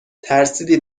ترسیدی